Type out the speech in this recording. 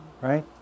Right